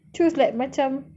choose like macam